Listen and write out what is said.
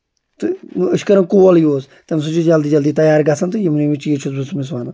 تہٕ أسۍ چھِ کران کول یوٗز تَمہِ سۭتۍ چھُ جلدی جلدی تَیار گژھان تہٕ یِم یِم چیٖز چھُس بہٕ تٔمِس وَنان